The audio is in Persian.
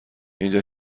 اینجا